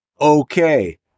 Okay